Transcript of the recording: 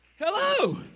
Hello